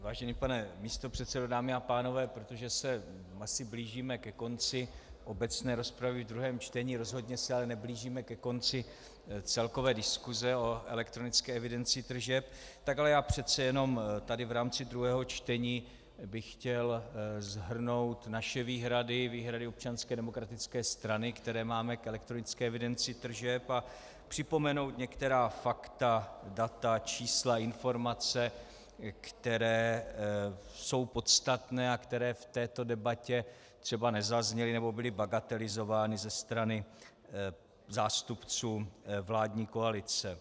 Vážený pane místopředsedo, dámy a pánové, protože se asi blížíme ke konci obecné rozpravy ve druhém čtení, rozhodně se ale neblížíme ke konci celkové diskuse o elektronické evidenci tržeb, tak ale já přece jenom tady v rámci druhého čtení bych chtěl shrnout naše výhrady, výhrady Občanské demokratické strany, které máme k elektronické evidenci tržeb, a připomenout některá fakta, data, čísla, informace, které jsou podstatné a které v této debatě třeba nezazněly nebo byly bagatelizovány ze strany zástupců vládní koalice.